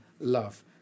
love